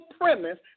premise